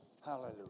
Hallelujah